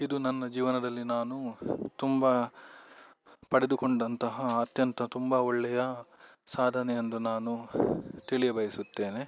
ಇದು ನನ್ನ ಜೀವನದಲ್ಲಿ ನಾನು ತುಂಬಾ ಪಡೆದುಕೊಂಡಂತಹ ಅತ್ಯಂತ ತುಂಬಾ ಒಳ್ಳೆಯ ಸಾಧನೆ ಎಂದು ನಾನು ತಿಳಿಯ ಬಯಸುತ್ತೇನೆ